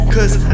Cause